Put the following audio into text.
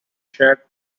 shared